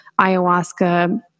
ayahuasca